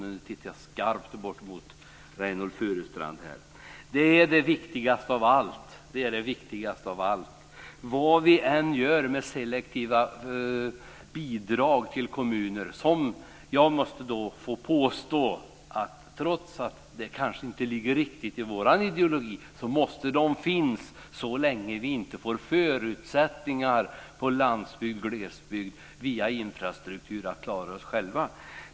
Och nu tittar jag skarpt bort mot Reynoldh Furustrand. Det är det viktigaste av allt. Vad vi än gör med selektiva bidrag till kommuner - jag måste påstå att trots att det kanske inte ligger riktigt i vår ideologi - så måste de finnas så länge som vi inte får förutsättningar i landsbygd och i glesbygd via infrastruktur att klara oss själva.